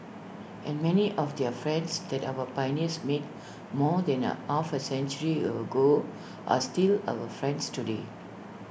and many of their friends that our pioneers made more than are half A century ago are still our friends today